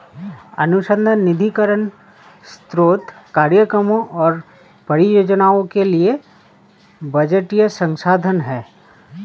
अनुसंधान निधीकरण स्रोत कार्यक्रमों और परियोजनाओं के लिए बजटीय संसाधन है